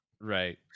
Right